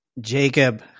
Jacob